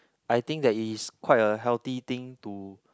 I think that it is quite a healthy thing to